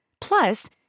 Plus